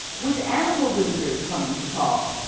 with animal visitors coming to call,